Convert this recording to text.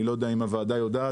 אני לא יודע אם הוועדה יודעת,